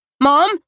Mom